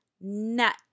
nut